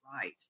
right